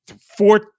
four